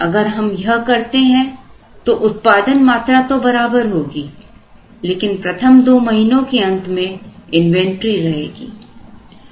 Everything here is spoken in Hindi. अगर हम यह करते हैं तो उत्पादन मात्रा तो बराबर होगी लेकिन प्रथम दो महीनों के अंत में इन्वेंटरी रहेगी